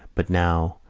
but now,